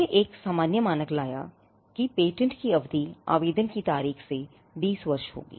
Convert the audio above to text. यह एक सामान्य मानक लाया कि पेटेंट की अवधि आवेदन की तारीख से 20 वर्ष होगी